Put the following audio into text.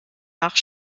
nach